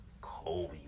Kobe